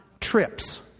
trips